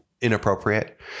inappropriate